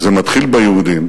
זה מתחיל ביהודים